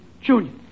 Junior